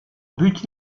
but